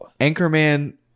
Anchorman